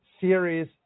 series